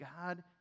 God